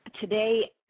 today